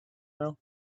now